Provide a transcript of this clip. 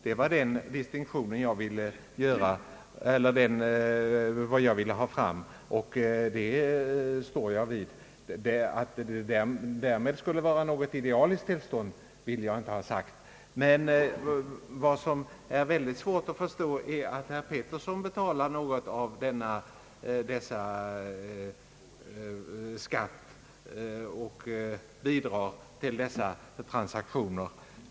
Det var vad jag ville ha sagt, och det står jag för. Vad som är svårt att förstå är att herr Pettersson och jag genom våra skatter bidrar till dessa transaktioner.